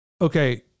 Okay